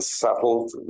settled